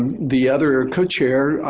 the other co-chair,